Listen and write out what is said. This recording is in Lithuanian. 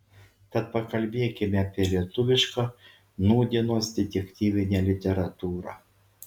tad pakalbėkime apie lietuvišką nūdienos detektyvinę literatūrą